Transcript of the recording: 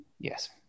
yes